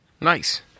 Nice